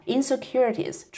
Insecurities